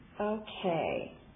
Okay